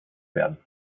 werden